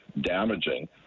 damaging